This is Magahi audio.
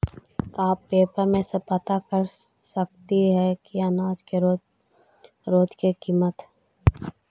का पेपर में से पता कर सकती है अनाज के रोज के किमत?